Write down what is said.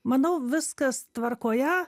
manau viskas tvarkoje